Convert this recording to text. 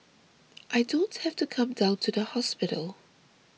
I don't have to come down to the hospital